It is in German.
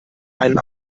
einen